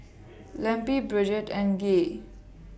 Lempi Bridgett and Gay